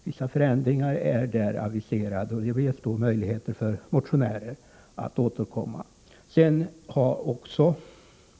Vissa förändringar är aviserade, och det ges då möjlighet för motionärer att återkomma.